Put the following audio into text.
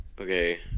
Okay